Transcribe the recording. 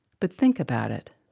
but think about it.